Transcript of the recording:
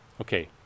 Okay